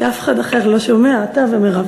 כי אף אחד אחר לא שומע, אתה ומרב.